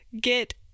get